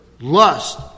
lust